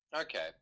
okay